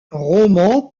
roman